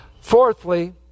Fourthly